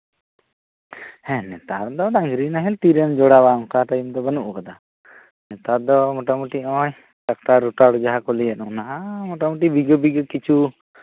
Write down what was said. ᱦᱮᱸ ᱱᱮᱛᱟᱨ ᱫᱚ ᱰᱟᱝᱨᱤ ᱱᱟᱦᱮᱞ ᱛᱤᱨᱮᱢ ᱡᱚᱲᱟᱣᱟ ᱚᱱᱠᱟ ᱴᱟᱭᱤᱢ ᱫᱚ ᱵᱟᱹᱱᱩᱜ ᱠᱟᱫᱟ ᱱᱮᱛᱟᱨ ᱫᱚ ᱢᱳᱴᱟᱢᱩᱴᱤ ᱱᱚᱜᱼᱚᱭ ᱴᱨᱟᱠᱴᱟᱨ ᱞᱩᱴᱟᱨ ᱡᱟᱸᱦᱟ ᱠᱚ ᱞᱟᱹᱭᱮᱜ ᱚᱱᱟ ᱵᱤᱜᱷᱟᱹ ᱵᱤᱜᱷᱟᱹ ᱠᱤᱪᱷᱩ